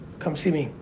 come see me.